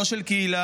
לא של קהילה,